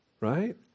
right